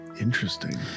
interesting